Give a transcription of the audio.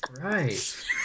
Right